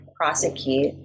prosecute